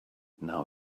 now